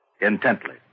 Intently